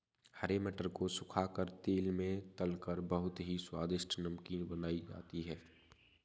हरे मटर को सुखा कर तेल में तलकर बहुत ही स्वादिष्ट नमकीन बनाई जाती है